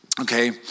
Okay